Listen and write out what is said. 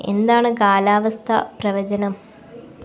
എന്താണ് കാലാവസ്ഥ പ്രവചനം